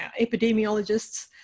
epidemiologists